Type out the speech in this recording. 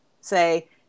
say